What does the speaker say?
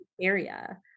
area